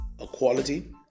equality